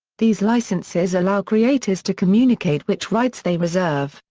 these licenses allow creators to communicate which rights they reserve,